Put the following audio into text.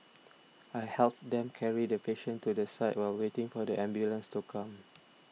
I helped them carry the patient to the side while waiting for the ambulance to come